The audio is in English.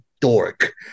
dork